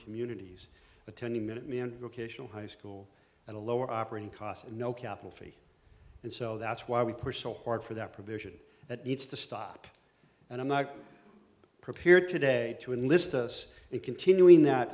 communities attending minuteman vocational high school at a lower operating cost and no cattle feed and so that's why we push so hard for that provision that needs to stop and i'm not prepared today to enlist us in continuing that